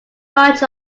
much